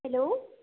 hello